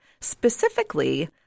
specifically